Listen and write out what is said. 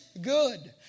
good